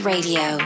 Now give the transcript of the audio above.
Radio